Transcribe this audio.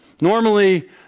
Normally